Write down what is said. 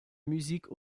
musique